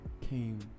came